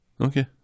Okay